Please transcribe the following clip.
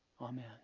Amen